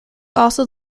also